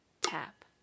tap